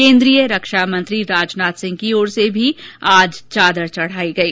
केन्द्रीय रक्षामंत्री राजनाथ सिंह ओर से भी आज चादर चढ़ाई गई